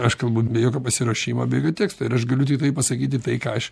aš kalbu be jokio pasiruošimo be jokio teksto ir aš galiu tiktai pasakyti tai ką aš